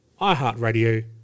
iHeartRadio